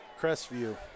Crestview